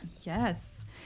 Yes